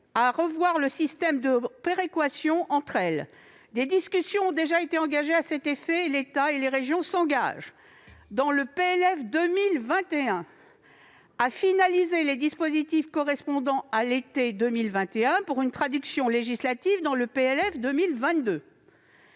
révision du système de péréquation entre les régions, rappelle que des discussions ont déjà été engagées à cet effet et précise :« L'État et les régions s'engagent, dans le PLF 2021, à finaliser les dispositifs correspondants à l'été 2021, pour une traduction législative dans le PLF 2022.